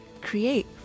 create